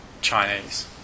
Chinese